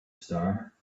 star